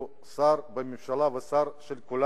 הוא שר של כולנו.